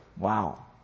Wow